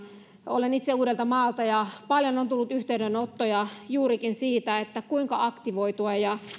olen itse uudeltamaalta ja paljon on tullut yhteydenottoja juurikin siitä kuinka aktivoitua